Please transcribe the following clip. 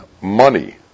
money